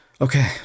okay